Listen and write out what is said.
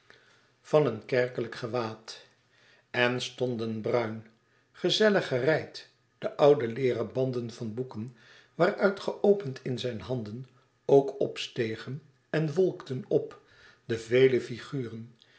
van een kerkelijk gewaad en stonden bruin gezellig gereid de oude leêren banden van boeken waaruit geopend in zijne handen ook opstegen en wolkten op de vele figuren